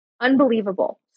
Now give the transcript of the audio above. Unbelievable